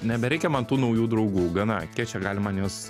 nebereikia man tų naujų draugų gana kiek čia gali man juos